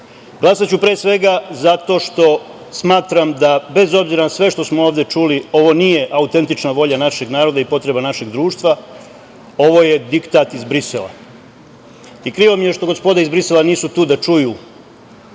Pavla. Glasaću pre svega zato što smatram da, bez obzira na sve što smo ovde čuli, ovo nije autentična volja našeg naroda i potreba našeg društva. Ovo je diktat iz Brisela. Krivo mi je što gospoda iz Brisela nisu tu da čuju